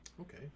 Okay